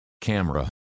Camera